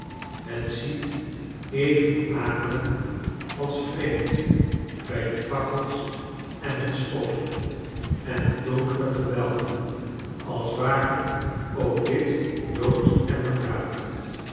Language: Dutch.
het ziet even akelig als vreemd bij de fakkels en het stof en de donkere gewelven als ware ook dit dood en begraven